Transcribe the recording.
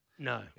No